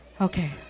okay